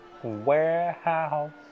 Warehouse